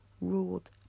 ruled